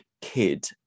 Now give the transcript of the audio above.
kid